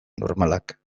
normalak